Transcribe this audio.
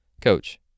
Coach